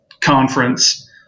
conference